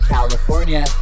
California